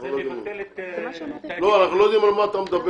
אנחנו לא יודעים על מה אתה מדבר.